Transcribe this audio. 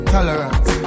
Tolerance